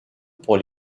pour